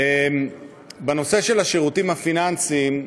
בנושא של השירותים הפיננסיים,